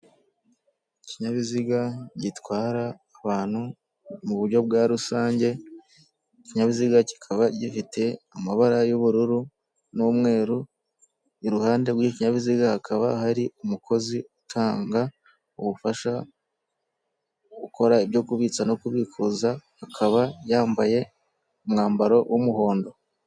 ikinyabiziga gitwara abantu mu buryo bwa rusange, ikinyabiziga kikaba gifite amabara y'ubururu n'umweru iruhande rw'ikinyabiziga hakaba hari umukozi utanga ubufasha ukora ibyo kubitsa no kubikuza akaba yambaye umwambaro w'umuhondo.